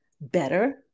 better